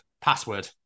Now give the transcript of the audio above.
password